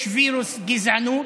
יש וירוס גזענות,